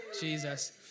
Jesus